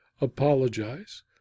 apologize